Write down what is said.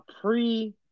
pre